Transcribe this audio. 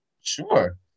Sure